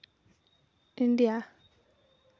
India